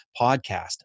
podcast